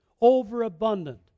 overabundant